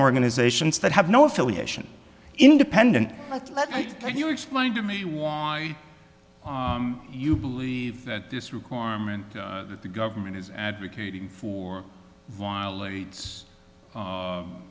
organizations that have no affiliation independent let you explain to me why you believe that this requirement that the government is advocating for while aids